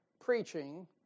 preaching